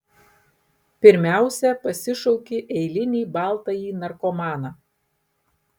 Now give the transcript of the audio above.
pirmiausia pasišauki eilinį baltąjį narkomaną